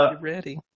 ready